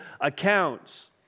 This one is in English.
accounts